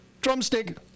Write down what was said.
Drumstick